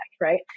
right